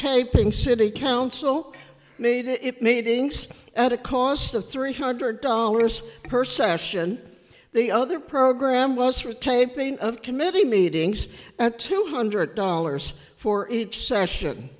taping city council made it meetings at a cost of three hundred dollars per session the other program was for taping of committee meetings at two hundred dollars for each session